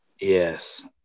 Yes